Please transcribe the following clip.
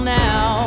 now